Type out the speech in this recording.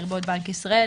לרבות בנק ישראל,